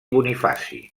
bonifaci